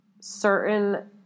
certain